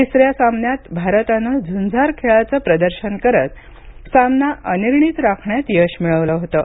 तिसऱ्या सामन्यात भारतानं झुंजार खेळाचं प्रदर्शन करत सामना अनिर्णित राखण्यात यश मिळवल होतं